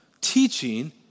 teaching